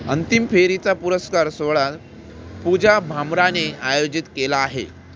अंंतिम फेरीचा पुरस्कार सोहळा पूजा भामराने आयोजित केला आहे